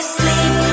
sleep